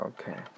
Okay